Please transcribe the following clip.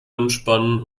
anspannen